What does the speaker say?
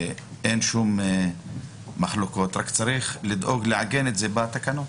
ואין שום מחלוקות - צריך לדאוג לעגן את זה בתקנות.